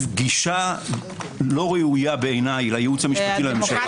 גישה לא ראויה בעיניי לייעוץ המשפטי לממשלה,